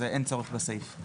אז אין צורך בסעיף.